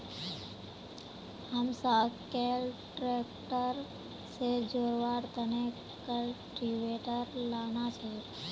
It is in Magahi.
हमसाक कैल ट्रैक्टर से जोड़वार तने कल्टीवेटर लाना छे